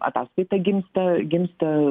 ataskaita gimsta gimsta